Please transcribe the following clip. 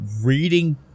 reading